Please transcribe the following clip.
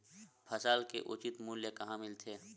फसल के उचित मूल्य कहां मिलथे?